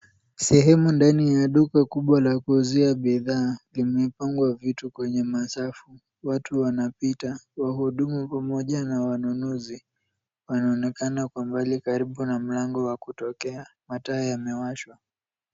Sehemu ndani ya duka kubwa ya kuuzia bidhaa imepangwa vitu kwenye masafu. Watu wanapita wahudumu pamoja na wanunuzi wanaonekana kwa mbali karibu na mlango wa kutokea mataa yamewashwa.